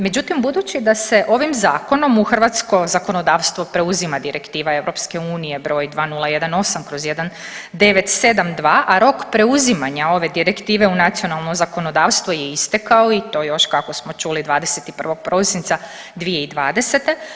Međutim, budući da se ovim zakonom u hrvatsko zakonodavstvo preuzima direktiva EU broj 2018/1972 a rok preuzimanja ove direktive u nacionalno zakonodavstvo je istekao i to još kako smo čuli 21. prosinca 2020.